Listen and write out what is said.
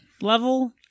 level